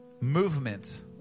movement